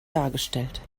dargestellt